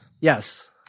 Yes